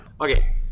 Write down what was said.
Okay